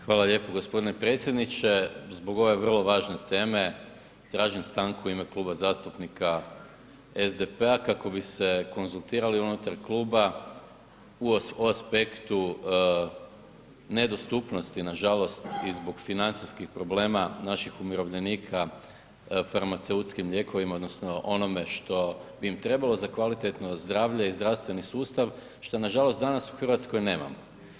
Hvala lijepo gospodine predsjedniče, zbog ove vrlo važne teme tražim stanku u ime Kluba zastupnika SDP-a kako bi se konzultirali unutar kluba o aspektu nedostupnosti nažalost i zbog financijskih problema naših umirovljenika farmaceutskim lijekovima odnosno onome što bi im trebalo za kvalitetno zdravlje i zdravstveni sustav što nažalost danas u Hrvatskoj nemamo.